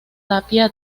tapia